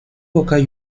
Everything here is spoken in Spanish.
boca